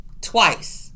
twice